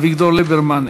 אביגדור ליברמן,